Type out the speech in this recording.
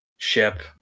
ship